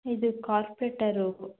ಇದು ಕಾರ್ಪೆಟರೂಬ್